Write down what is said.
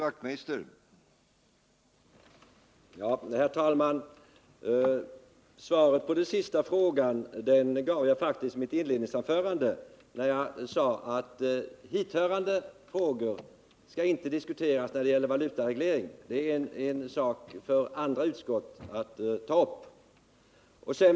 Herr talman! Svaret på den sista frågan gav jag faktiskt i mitt inledningsanförande, när jag sade att hithörande frågor inte skall diskuteras i samband med valutaregleringen — det är en fråga för andra utskott att ta upp.